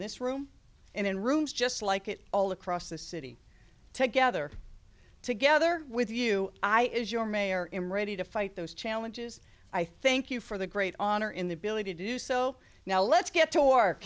this room and in rooms just like it all across the city together together with you i as your mayor in ready to fight those challenges i thank you for the great honor in the ability to do so now let's get to work